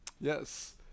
Yes